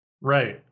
right